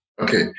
Okay